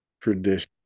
tradition